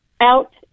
out